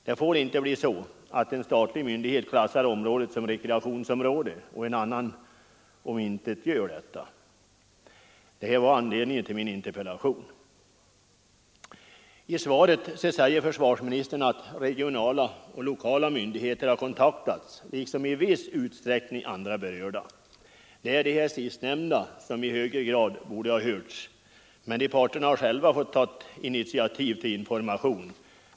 Det får inte bli så att en statlig myndighet klassar området som rekreationsområde och en annan omintetgör detta. Detta var anledningen till min interpellation. I svaret säger försvarsministern att regionala och lokala myndigheter kontaktats liksom ”i viss utsträckning” andra berörda. Det är de sistnämnda som i högre grad borde ha hörts, men de parterna har själva fått ta initiativ till information.